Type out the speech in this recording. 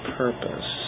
purpose